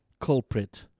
culprit